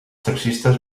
taxistes